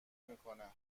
میکنه